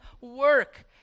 work